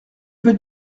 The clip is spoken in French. veux